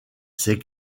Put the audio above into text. ses